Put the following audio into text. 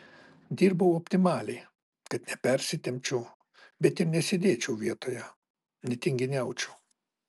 dirbau optimaliai kad nepersitempčiau bet ir nesėdėčiau vietoje netinginiaučiau